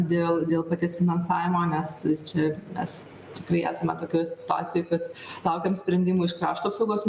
dėl dėl paties finansavimo nes čia mes tikrai esame tokioj situacijoj kad laukiam sprendimų iš krašto apsaugos